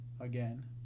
Again